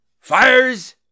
fires